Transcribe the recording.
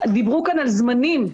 דיברו כאן על זמנים.